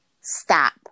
stop